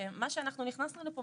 מה שאנחנו הכנסנו לפה,